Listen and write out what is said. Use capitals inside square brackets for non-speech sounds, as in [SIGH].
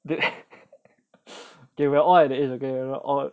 they [LAUGHS] they were all at the edge